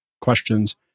questions